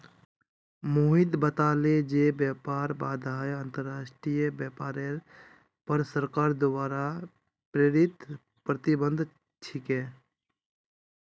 मोहित बताले जे व्यापार बाधाएं अंतर्राष्ट्रीय व्यापारेर पर सरकार द्वारा प्रेरित प्रतिबंध छिके